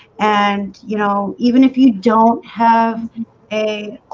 and you know, even if you don't have a